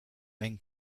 men